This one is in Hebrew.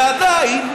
ועדיין,